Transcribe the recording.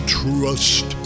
trust